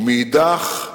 ומאידך,